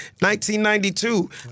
1992